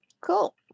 Cool